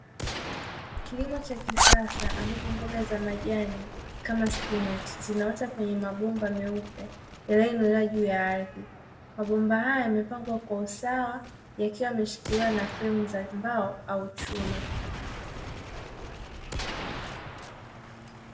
Kilimo cha kisasa ambapo mboga za majani kama spinachi zinaota kwenye mabomba meupe yaliyoinuliwa juu ya ardhi. Mabomba haya yamepangwa kwa usawa yakiwa yameshikiliwa na fremu za mbao au chuma.